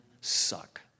suck